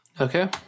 Okay